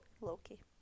Loki